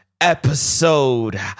Episode